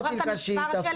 אתה זוכר את המספר שלה?